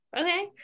Okay